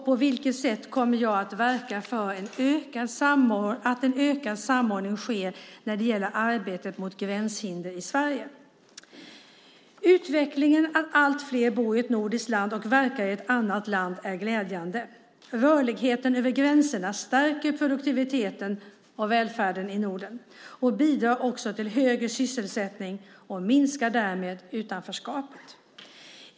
På vilket sätt kommer jag att verka för att en ökad samordning sker när det gäller arbetet mot gränshinder i Sverige? Utvecklingen att allt fler bor i ett nordiskt land och verkar i ett annat land är glädjande. Rörligheten över gränserna stärker produktiviteten och välfärden i Norden och bidrar till högre sysselsättning och minskar därmed utanförskap.